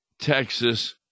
Texas